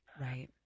Right